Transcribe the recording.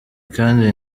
kandi